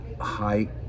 high